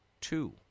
Two